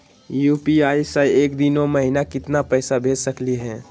UPI स एक दिनो महिना केतना पैसा भेज सकली हे?